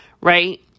right